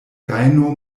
gajno